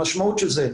המשמעות של זה,